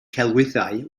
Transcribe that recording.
celwyddau